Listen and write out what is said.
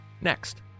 next